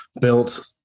built